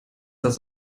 das